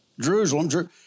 Jerusalem